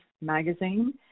Magazine